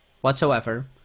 whatsoever